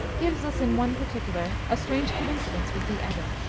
gives us in one particular a strange coinci dence with the edda.